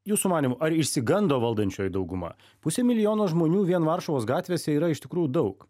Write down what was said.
jūsų manymu ar išsigando valdančioji dauguma pusė milijono žmonių vien varšuvos gatvėse yra iš tikrųjų daug